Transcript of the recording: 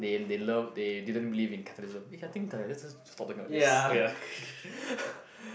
they they love they didn't believe in Catholicism eh I think that let's just stop talking about this oh ya okay